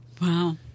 Wow